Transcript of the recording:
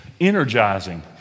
energizing